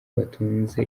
batunze